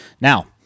Now